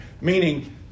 meaning